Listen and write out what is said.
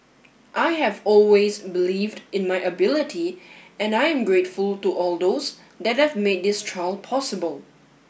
I have always believed in my ability and I am grateful to all those that have made this trial possible